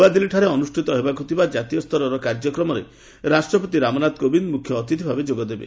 ନୂଆଦିଲ୍ଲୀରେ ଅନୁଷ୍ଠିତ ହେବାକୁ ଥିବା କାତୀୟ ସ୍ତରର କାର୍ଯ୍ୟକ୍ରମରେ ରାଷ୍ଟ୍ରପତି ରାମନାଥ କୋବିନ୍ଦ ମୁଖ୍ୟ ଅତିଥି ଭାବେ ଯୋଗଦେବେ